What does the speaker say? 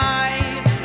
eyes